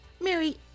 Mary